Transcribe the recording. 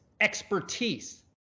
expertise